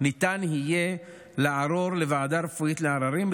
ניתן יהיה לערור לוועדה רפואית לעררים,